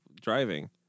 driving